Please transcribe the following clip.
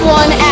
one